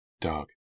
Doug